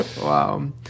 Wow